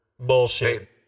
bullshit